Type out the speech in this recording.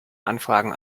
anfragen